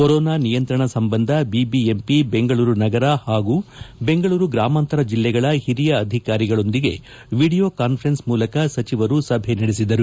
corona ನಿಯಂತ್ರಣ ಸಂಬಂಧ GBMP Bengaluru ನಗರ ಹಾಗೂ ಬೆಂಗಳೂರು ಗ್ರಾಮಾಂತರ ಜಿಲ್ಲೆಗಳ ಓರಿಯ ಅಧಿಕಾರಿಗಳೊಂದಿಗೆ ಎಡಿಯೋ ಕಾನ್ಫರೆನ್ಸ್ ಮೂಲಕ ಸಚಿವರು ಸಭೆ ನಡೆಸಿದರು